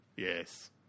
Yes